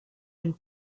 and